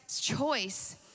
choice